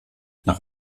nach